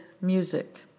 music